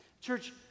Church